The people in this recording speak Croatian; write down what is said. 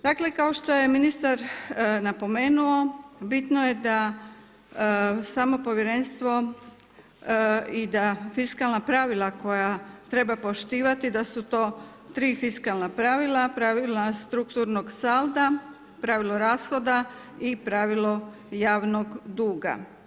Dakle kao što je ministar napomenuo, bitno je da samo povjerenstvo i da fiskalna pravila koja treba poštivati, da su to 3 fiskalna pravila, pravila strukturnog salda, pravilo rashoda i pravilo javnog duga.